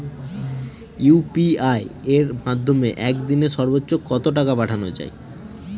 UPI এর মাধ্যমে এক দিনে সর্বচ্চ কত টাকা পাঠানো যায়?